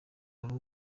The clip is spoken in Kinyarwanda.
wari